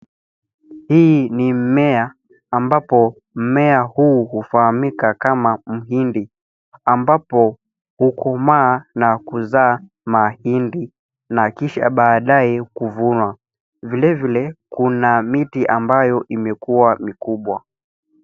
Hii ni mmea ambapo mmea huu hufahamika kama mhindi ambapo hukomaa na kuzaa mahindi na kisha baadaye kuvunwa. Vilevile kuna miti ambayo imekua mikubwa.